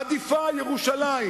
עדיפה ירושלים